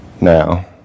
now